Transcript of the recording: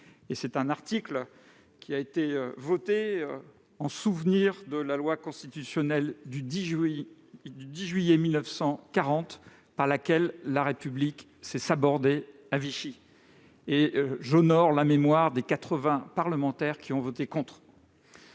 Cet article a été voté en souvenir de la loi constitutionnelle du 10 juillet 1940, par laquelle la République s'est sabordée à Vichy, et j'honore la mémoire des quatre-vingts parlementaires qui se sont